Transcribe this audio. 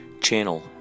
channel